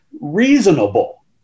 reasonable